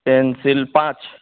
pencil پانچ